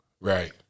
Right